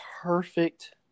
perfect